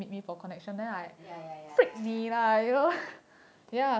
ya ya ya ya ya ya ya